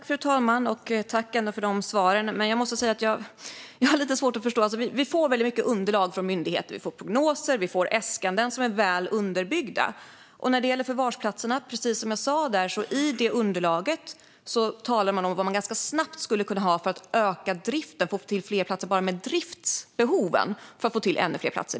Fru talman! Jag tackar för svaren men måste ändå säga att jag har lite svårt att förstå detta. Vi får väldigt mycket underlag från myndigheter - vi får prognoser, och vi får äskanden - som är väl underbyggda. När det gäller förvarsplatserna talade man om vad man skulle behöva för att ganska snabbt kunna öka driften, precis som jag sa. Bara med driftsbehoven skulle man få till ännu fler platser.